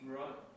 right